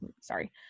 Sorry